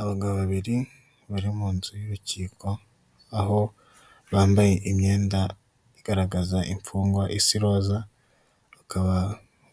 Abagabo babiri bari mu nzu y'urukiko aho bambaye imyenda igaragaraza imfungwa isa iroza, bakaba